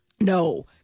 No